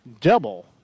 double